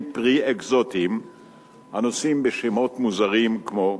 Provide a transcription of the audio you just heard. פרי אקזוטיים הנושאים שמות מוזרים כמו: